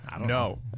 No